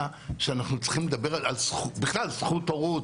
שאנחנו צריכים לדבר בכלל על זכות הורות,